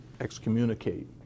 excommunicate